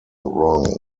wrong